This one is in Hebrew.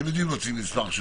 אתם יודעים להוציא מסמך משותף,